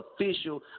official